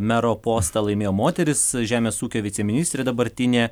mero postą laimėjo moteris žemės ūkio viceministrė dabartinė